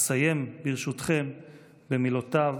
אסיים ברשותכם במילותיו,